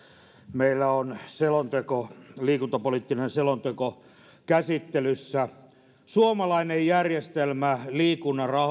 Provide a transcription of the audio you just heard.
meillä on liikuntapoliittinen selonteko käsittelyssä suomalainen järjestelmä liikunnan